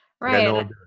Right